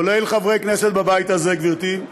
כולל חברי כנסת בבית הזה, גברתי,